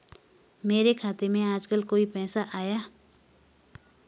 मेरे खाते में आजकल कोई पैसा आया?